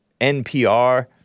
NPR